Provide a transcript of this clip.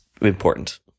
important